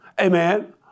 amen